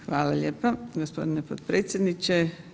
Hvala lijepa gospodine potpredsjedniče.